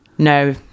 no